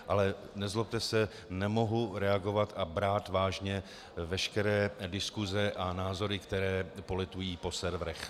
Ale nezlobte se, nemohu reagovat a brát vážně veškeré diskuse a názory, které poletují po serverech.